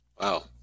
Wow